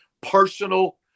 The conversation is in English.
personal